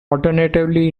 alternatively